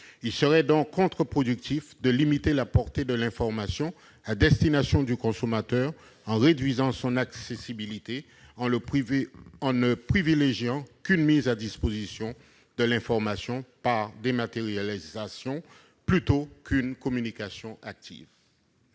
Il serait contre-productif de limiter la portée de l'information à destination du consommateur en réduisant son accessibilité. Évitons donc de privilégier une mise à disposition de l'information par dématérialisation, au détriment d'une communication active.